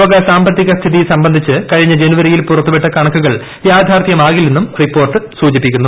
ലോക സാമ്പത്തിക സ്ഥിതി സംബന്ധിച്ച് കഴിഞ്ഞ ജനുവരിയിൽ പുറത്തുവിട്ട കണക്കുകൾ യാഥാർത്ഥൂമാകില്ലെന്നും റിപ്പോർട്ട് സൂചിപ്പിക്കുന്നു